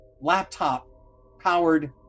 laptop-powered